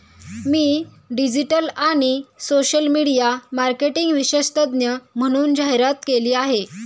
मी digital आणि social media marketing विशेषज्ञ म्हणून जाहिरात केली आहे